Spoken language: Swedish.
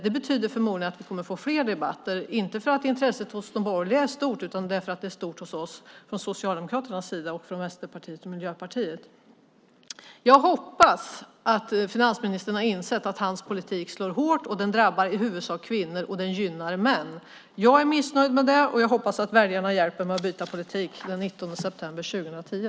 Det betyder förmodligen att det kommer att bli fler debatter, inte för att intresset hos de borgerliga är stort utan för att det är stort från Socialdemokraternas, Vänsterpartiets och Miljöpartiets sida. Jag hoppas att finansministern har insett att hans politik slår hårt och att den i huvudsak drabbar kvinnor och gynnar män. Jag är missnöjd med det, och jag hoppas att väljarna hjälper mig att byta politik den 19 september 2010.